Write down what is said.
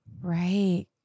right